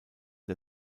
der